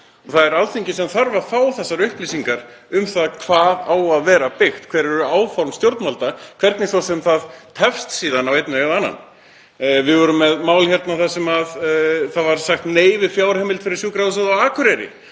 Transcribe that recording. Það er Alþingi sem þarf að fá þessar upplýsingar um hvað á að vera byggt, hver áform stjórnvalda eru, hvort sem það tefst síðan á einn veg eða annan. Við vorum með mál hérna þar sem sagt var nei við fjárheimild fyrir Sjúkrahúsið á Akureyri,